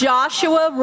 Joshua